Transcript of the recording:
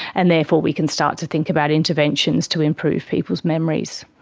and therefore we can start to think about interventions to improve people's memories.